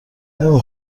نمی